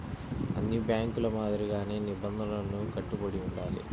అన్ని బ్యేంకుల మాదిరిగానే నిబంధనలకు కట్టుబడి ఉండాలి